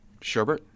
Sherbert